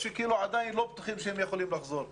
שעדיין לא בטוחים שהם יכולים לחזור ללימודים.